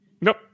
Nope